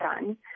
done